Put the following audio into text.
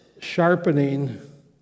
sharpening